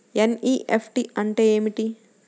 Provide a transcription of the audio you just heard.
NEFT అంటే ఏమిటి?